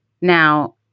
Now